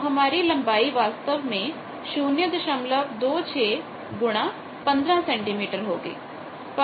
तो हमारी लंबाई वास्तव में 026 15 सेंटीमीटर होगी